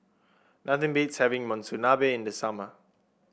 nothing beats having Monsunabe in the summer